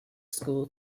school